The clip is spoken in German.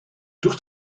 durch